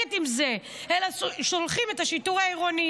מתעסקת עם זה אלא שולחים את השיטור העירוני.